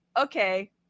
okay